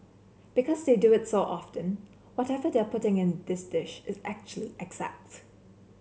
because they do it so often whatever they are putting in this dish is actually exact